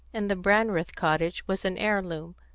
in the brandreth cottage was an heirloom,